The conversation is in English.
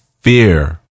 Fear